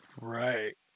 Right